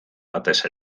batez